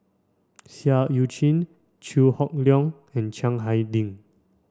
Seah Eu Chin Chew Hock Leong and Chiang Hai Ding